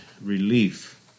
relief